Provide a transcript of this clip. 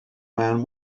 man